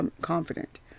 confident